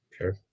Sure